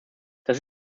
das